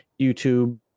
YouTube